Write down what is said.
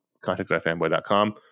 contact.fanboy.com